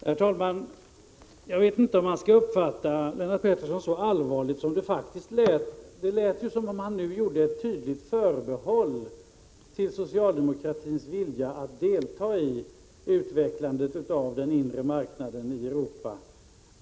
Herr talman! Jag vet inte om man skall uppfatta Lennart Pettersson så allvarligt som det faktiskt lät. Det verkade som om han nu gjorde ett tydligt förbehåll för socialdemokratins vilja att delta i utvecklandet av den inre marknaden i Europa.